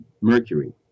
Mercury